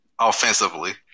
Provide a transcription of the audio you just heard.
offensively